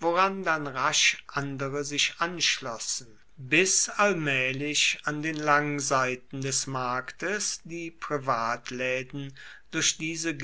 woran dann rasch andere sich anschlossen bis allmaehlich an den langseiten des marktes die privatlaeden durch diese